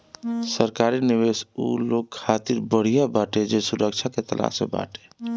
सरकारी निवेश उ लोग खातिर बढ़िया बाटे जे सुरक्षा के तलाश में बाटे